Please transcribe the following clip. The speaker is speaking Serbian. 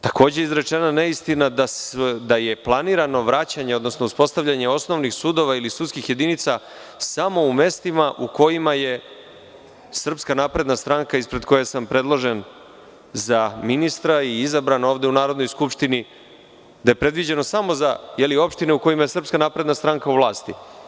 Takođe je izrečena neistina da je planirano vraćanje, odnosno uspostavljanje osnovnih sudova ili sudskih jedinica samo u mestima u kojima je SNS, ispred koje sam predložen za ministra i izabran ovde u Narodnoj skupštini, da je predviđeno samo za opštine u kojima je SNS u vlasti.